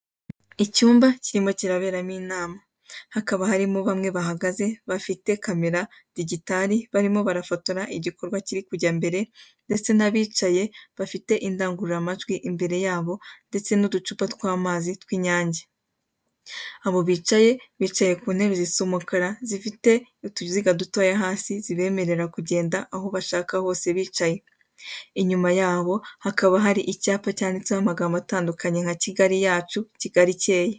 Icyumba kirimo kiraberamo inama, hakaba harimo bamwe bahagaze bafite kamera dijitari barimo barafotora igikorwa kiri kujya mbere ndetse n'abicaye bafite indangururamajwi imbere yabo ndetse n'uducupa tw'amazi tw'Inyange, abo bicaye bicaye ku ntebe zisa umukara zifite utuziga dutoya hasi zibemerera kugenda aho bashaka hose bicaye, inyuma yabo hakaba hari icyapa cyanditseho amagambo atandukanye nka Kigali yacu, Kigali icyeye.